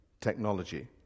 technology